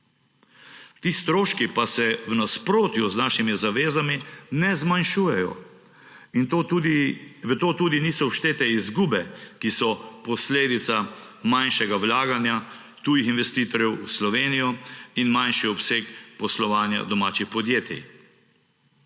Ti stroški pa se v nasprotju z našimi zavezami ne zmanjšujejo. V to tudi niso vštete izgube, ki so posledica manjšega vlaganja tujih investitorjev v Slovenijo, in manjši obseg poslovanja domačih podjetij.